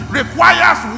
requires